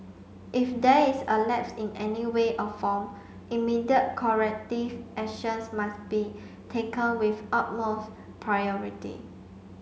if there is a lapse in any way or form immediate corrective actions must be taken with utmost priority